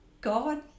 God